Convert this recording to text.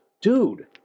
dude